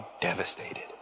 devastated